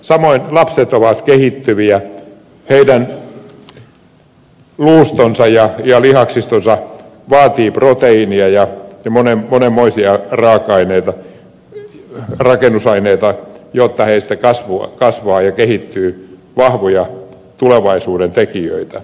samoin lapset ovat kehittyviä heidän luustonsa ja lihaksistonsa vaativat proteiinia ja monenmoisia raaka aineita rakennusaineita jotta heistä kasvaa ja kehittyy vahvoja tulevaisuuden tekijöitä